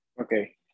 Okay